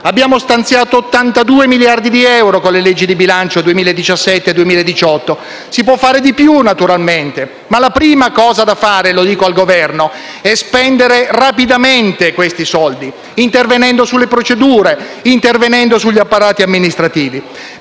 e stanziato 82 miliardi di euro con le leggi di bilancio 2017 e 2018. Si può fare di più naturalmente, ma la prima cosa da fare - lo dico al Governo - è spendere rapidamente questi soldi intervenendo sulle procedure e sugli apparati amministrativi.